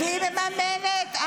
-- והיא מממנת,